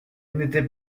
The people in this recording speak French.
n’était